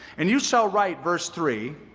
and you shall write verse three,